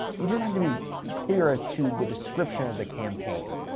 you just have to be clear as to the description of the campaign.